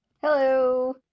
Hello